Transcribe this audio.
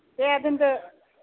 दे दोनदो